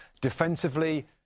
Defensively